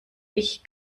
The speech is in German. ich